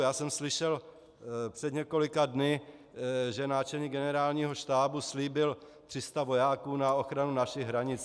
Já jsem slyšel před několika dny, že náčelník Generálního štábu slíbil 300 vojáků na ochranu našich hranic.